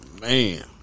man